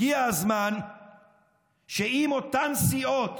הגיע הזמן שאם אותן סיעות